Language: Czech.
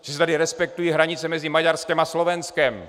Že se tady respektují hranice mezi Maďarskem a Slovenskem.